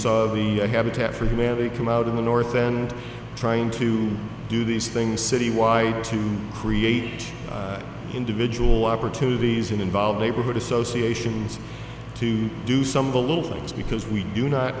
of the habitat for humanity come out in the north and trying to do these things citywide to create individual opportunities and involved neighborhood associations to do some of the little things because we do not